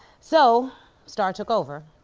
so star took over.